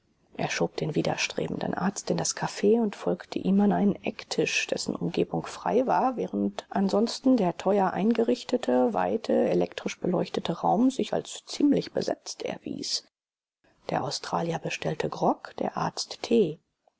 er schob den widerstrebenden arzt in das caf und folgte ihm an einen ecktisch dessen umgebung frei war während ansonsten der teuer eingerichtete weite elektrisch beleuchtete raum sich als ziemlich besetzt erwies der australier bestellte grog der arzt tee